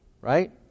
right